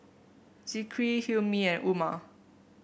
Zikri Hilmi and Umar